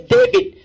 David